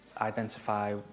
identify